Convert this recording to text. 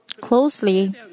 closely